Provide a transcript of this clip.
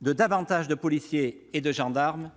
de davantage de policiers et de gendarmes